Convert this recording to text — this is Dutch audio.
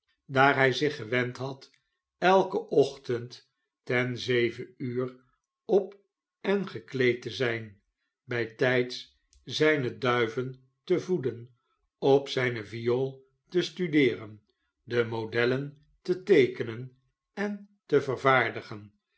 daar hij zich gewend had elken ochtend ten zeven uur op en gekleed te zijn bijtn'ds zijne duiven te voeden op zijne viool te studeeren de modellen te teekenen en te vervaardigen